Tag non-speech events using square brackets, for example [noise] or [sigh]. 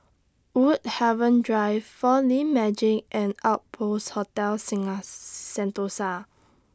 Woodhaven Drive four D Magix and Outpost Hotel [unintelligible] Sentosa